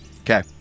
Okay